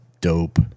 dope